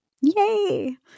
Yay